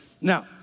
Now